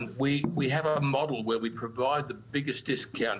יש לנו מודל בו אנו מספקים את ההנחות